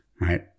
Right